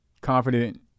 confident